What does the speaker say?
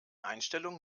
einstellung